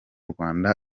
rwanda